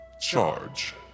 Charge